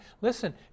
Listen